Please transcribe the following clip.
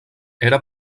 era